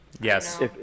yes